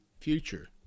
future